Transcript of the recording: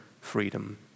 freedom